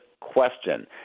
question